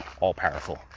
all-powerful